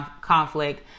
conflict